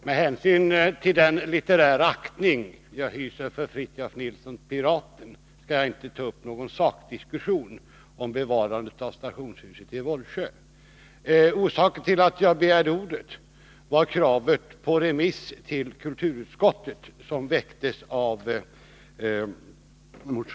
Herr talman! Med hänsyn till den litterära aktning som jag hyser för Fritiof Nilsson Piraten skall jag inte ta upp någon sakdiskussion om bevarandet av statsionshuset i Vollsjö. Orsaken till att jag begärde ordet var motionärens krav på remiss till kulturutskottet.